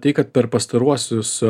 tai kad per pastaruosius